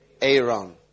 Aaron